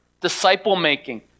disciple-making